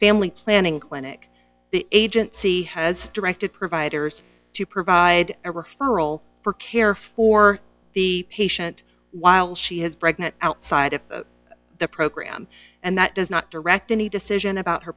family planning clinic the agency has directed providers to provide a referral for care for the patient while she has pregnant outside of the program and that does not direct any decision about her